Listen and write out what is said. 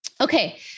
Okay